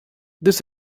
this